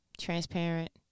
Transparent